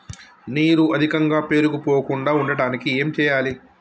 నీరు అధికంగా పేరుకుపోకుండా ఉండటానికి ఏం చేయాలి?